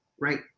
right